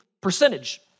percentage